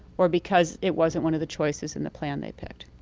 or because it wasn't one of the choices in the plan they picked?